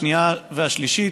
השנייה והשלישית.